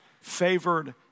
favored